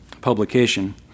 publication